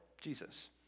Jesus